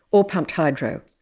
or pumped hydro,